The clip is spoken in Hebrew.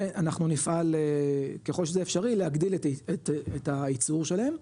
ואנחנו נפעל ככל שזה אפשרי להגדיל את הייצור שלהם,